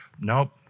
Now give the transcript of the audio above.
nope